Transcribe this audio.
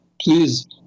Please